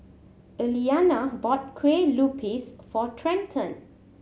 Eliana bought Kuih Lopes for Trenten